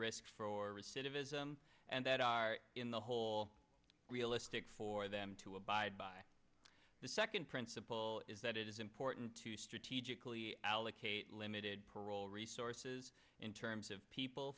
recidivism and that are in the whole realistic for them to abide by the second principle is that it is important to strategically allocate limited parole resources in terms of people